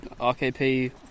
RKP